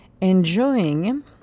enjoying